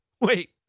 Wait